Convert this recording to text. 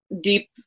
deep